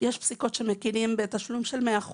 פסיקות שמכירות בתשלום של 100%,